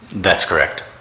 that's correct.